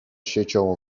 siecią